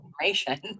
information